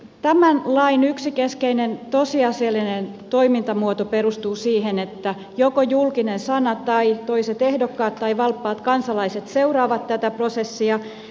tämän lain yksi keskeinen tosiasiallinen toimintamuoto perustuu siihen että joko julkinen sana tai toiset ehdokkaat tai valppaat kansalaiset seuraavat tätä prosessia